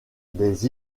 des